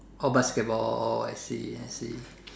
orh basketball orh I see I see